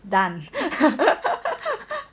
done